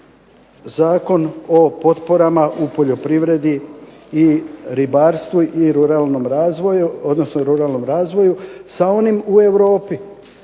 Zakon o potporama u poljoprivredi i ribarstvu i ruralnom razvoju sa onim u Europi.